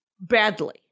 badly